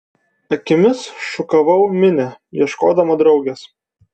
akimis šukavau minią ieškodama draugės